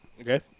okay